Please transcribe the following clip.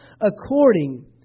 according